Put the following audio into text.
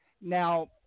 now